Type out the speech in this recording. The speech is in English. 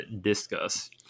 discuss